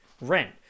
rent